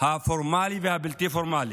הפורמלי והבלתי-פורמלי.